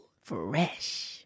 Fresh